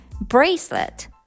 bracelet